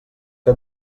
que